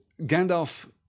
Gandalf